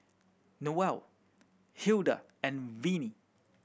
Newell Hilda and Vinie